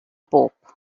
pope